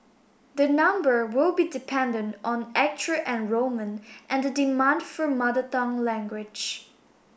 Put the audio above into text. the number will be dependent on actual enrolment and the demand for Mother Tongue language